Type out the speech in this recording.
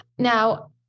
Now